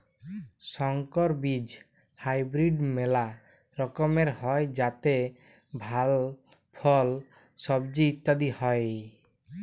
সংকর বীজ হাইব্রিড মেলা রকমের হ্যয় যাতে ভাল ফল, সবজি ইত্যাদি হ্য়য়